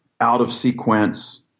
out-of-sequence